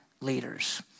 leaders